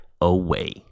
away